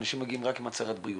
אנשים מגיעים רק עם הצהרת בריאות.